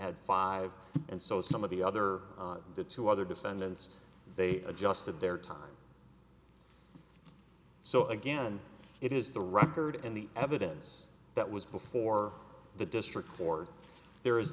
had five and so some of the other the two other defendants they adjusted their time so again it is the record and the evidence that was before the district court there is